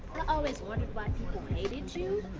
always wondered why people hated you.